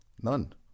none